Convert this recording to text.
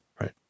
Right